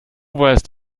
weißt